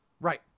Right